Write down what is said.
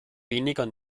weniger